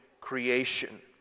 creation